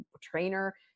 trainer